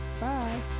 Bye